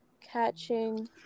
Catching